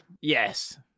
Yes